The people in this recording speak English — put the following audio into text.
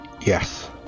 Yes